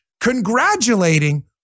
congratulating